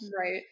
Right